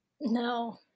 No